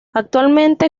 actualmente